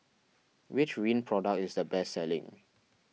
which Rene product is the best selling